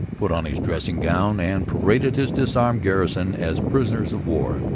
put on his dressing-gown and paraded his disarmed garrison as prisoners of war.